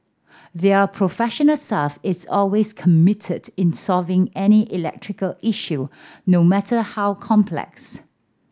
their professional staff is always committed in solving any electrical issue no matter how complex